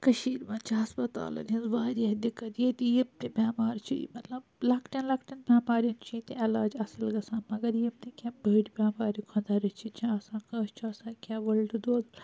کٲشیر منٛز چھ ہَسپَتالَن ہنٛز وارِیاہ دِقت ییٚتہِ یِم تہِ بٮ۪مار چھ مَطلَب لَکٹِٮ۪ن لَکٹِٮ۪ن بٮ۪مارِیَن چھ ییٚتہِ عیٚلاج اَصٕل گَژھاں مَگَر یِم تہِ کیٚنٛہہ بٔڑ بٮ۪مارِ خۄدا رٔچھنۍ چھ آسان کٲنٛسہِ چھُ آسان کیٚنٛہہ ؤلٹہٕ دود